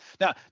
now